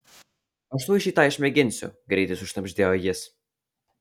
aš tuoj šį tą išmėginsiu greitai sušnabždėjo jis